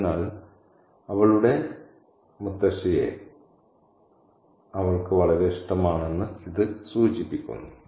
അതിനാൽ അവളുടെ മൂത്ത മുത്തശ്ശിയെ അവൾക്ക് വളരെ ഇഷ്ടമാണെന്ന് ഇത് സൂചിപ്പിക്കുന്നു